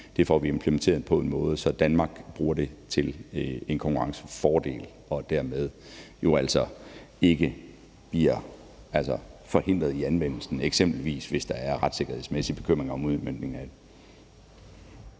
meget tung EU-lovgivning på en måde, så Danmark bruger det til en konkurrencefordel og dermed jo altså ikke bliver forhindret i anvendelsen af det, eksempelvis hvis der er retssikkerhedsmæssige bekymringer om udmøntningen af det.